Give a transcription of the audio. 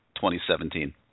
2017